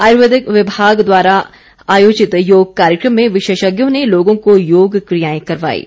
आयुर्वेदिक विभाग द्वारा आयोजित योग कार्यक्रम में विशेषज्ञों ने लोगों को योग कियाएं करवाईं